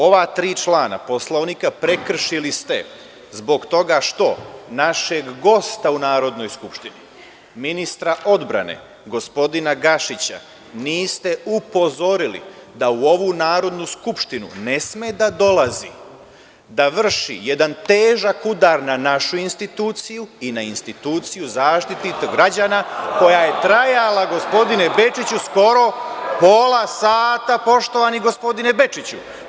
Ova tri člana Poslovnika prekršili ste zbog toga što našeg gosta u Narodnoj skupštini ministra odbrane, gospodina Gašića niste upozorili da u ovu Narodnu skupštinu ne sme da dolazi da vrši jedan težak udar na našu instituciju i na instituciju Zaštitnika građana, koja je trajala gospodine Bečiću skoro pola sata, poštovani gospodine Bečiću.